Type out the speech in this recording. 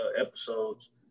episodes